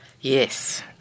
Yes